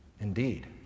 Indeed